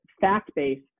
fact-based